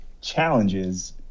challenges